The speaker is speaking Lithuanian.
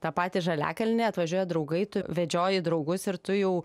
tą patį žaliakalnį atvažiuoja draugai tu vedžioji draugus ir tu jau